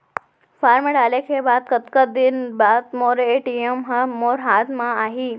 Form डाले के कतका दिन बाद मोर ए.टी.एम ह मोर हाथ म आही?